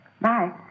Bye